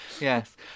yes